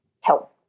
help